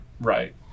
right